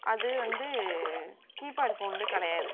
அது வந்து கீப்பேடு ஃபோனில் கிடையாது